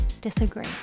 disagree